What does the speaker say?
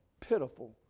pitiful